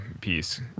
piece